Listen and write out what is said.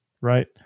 right